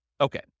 Okay